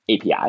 API